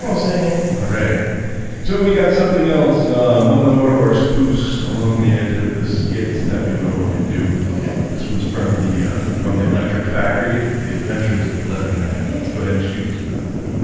ah say it and alright so we got something else one another one of our spoofs along the edge of the skits that we normally do okay this one's from the from the electric factory, it's the adventures of letter man. let's go ahead and shoot this from out there